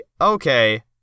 Okay